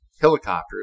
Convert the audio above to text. helicopters